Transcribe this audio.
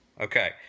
okay